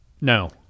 No